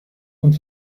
und